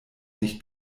nicht